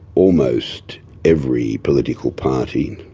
almost every political party,